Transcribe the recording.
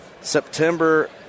September